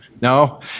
No